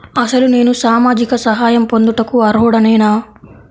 అసలు నేను సామాజిక సహాయం పొందుటకు అర్హుడనేన?